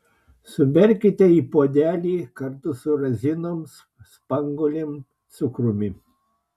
suberkite į puodelį kartu su razinom spanguolėm cukrumi